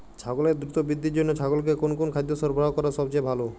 ছাগলের দ্রুত বৃদ্ধির জন্য ছাগলকে কোন কোন খাদ্য সরবরাহ করা সবচেয়ে ভালো?